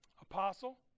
Apostle